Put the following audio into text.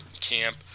camp